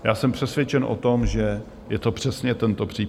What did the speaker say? Já jsem přesvědčen o tom, že je to přesně tento případ.